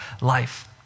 life